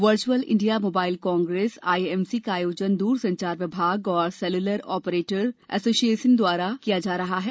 virtual India Mobile Congress IMC का आयोजन द्रसंचार विभाग और Cellular Operators Association of India द्वारा किया जा रहा है